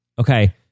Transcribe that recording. Okay